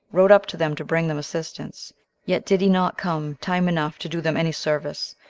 rode up to them to bring them assistance yet did he not come time enough to do them any service,